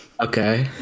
Okay